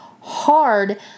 hard